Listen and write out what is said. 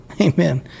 Amen